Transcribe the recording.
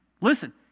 Listen